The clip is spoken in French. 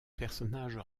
personnages